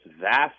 vast